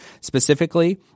specifically